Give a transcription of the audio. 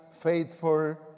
faithful